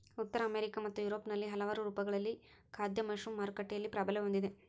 ಉತ್ತರ ಅಮೆರಿಕಾ ಮತ್ತು ಯುರೋಪ್ನಲ್ಲಿ ಹಲವಾರು ರೂಪಗಳಲ್ಲಿ ಖಾದ್ಯ ಮಶ್ರೂಮ್ ಮಾರುಕಟ್ಟೆಯಲ್ಲಿ ಪ್ರಾಬಲ್ಯ ಹೊಂದಿದೆ